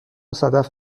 صدف